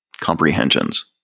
comprehensions